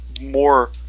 more